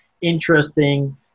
interesting